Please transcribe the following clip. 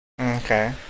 Okay